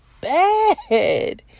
bad